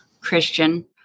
Christian